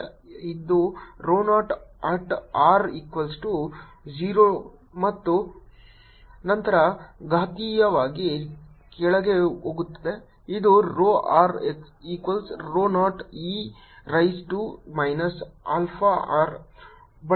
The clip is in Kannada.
ಇದು rho 0 at r equals to 0 ಮತ್ತು ನಂತರ ಘಾತೀಯವಾಗಿ ಕೆಳಗೆ ಹೋಗುತ್ತದೆ ಇದು rho r equals rho naught e raise to minus alpha r